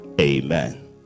Amen